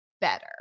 better